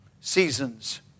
seasons